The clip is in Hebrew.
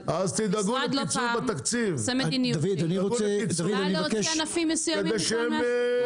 המשרד לא פעם עושה מדיניות שבאה להוציא ענפים מסוימים בכלל מהשוק.